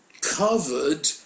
covered